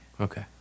Okay